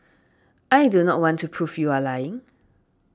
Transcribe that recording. I do not want to prove you are lying